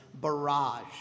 barrage